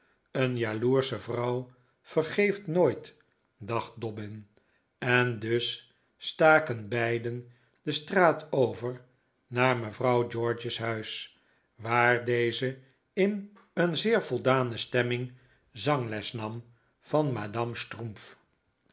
een jaloersche vrouw vergeeft nooit dacht dobbin en dus staken beiden de straat over naar mevrouw george's huis waar deze in een zeer voldane stemming zangles nam van madame